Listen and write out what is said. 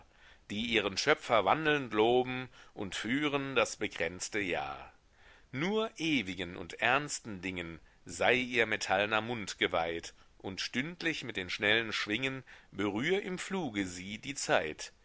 die ihren schöpfer wandelnd loben und führen das bekränzte jahr nur ewigen und ernsten dingen sei ihr metallner mund geweiht und stündlich mit den schnellen schwingen berühr im fluge sie die zeit